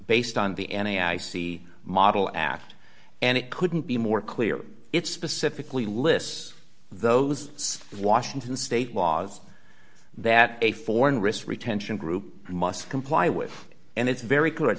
based on the n e a i see model act and it couldn't be more clear it's specifically lists those washington state laws that a foreign risk retention group must comply with and it's very clear it